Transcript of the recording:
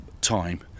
time